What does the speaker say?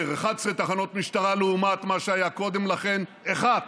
11-10 תחנות משטרה, לעומת מה שהיה קודם לכן אחת,